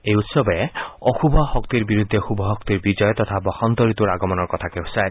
এই উৎসৱে অশুভ শক্তিৰ বিৰুদ্ধে শুভ শক্তিৰ বিজয় তথা বসন্ত ঋতুৰ আগমনৰ কথাকে সুচায়